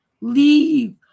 leave